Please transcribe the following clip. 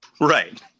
Right